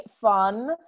fun